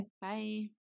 Bye